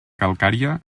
calcària